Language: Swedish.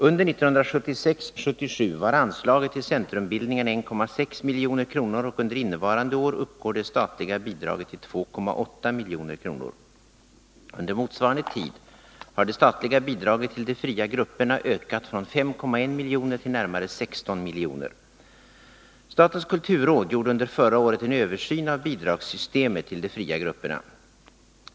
Under 1976/77 var anslaget till centrumbildningarna 1,6 milj.kr., och under innevarande år uppgår det statliga bidraget till 2,8 milj.kr. Under motsvarande tid har det statliga bidraget till de fria grupperna ökat från 5,1 milj.kr. till närmare 16 milj. n. ; Statens kulturråd gjorde under förra året en översyn av bidragssystemet för de fria grupperna.